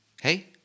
hey